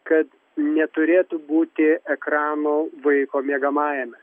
kad neturėtų būti ekrano vaiko miegamajame